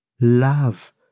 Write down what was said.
Love